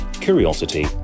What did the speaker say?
curiosity